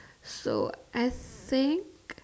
so as saying